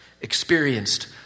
experienced